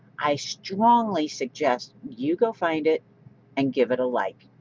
i strongly suggest you go find it and give it a like.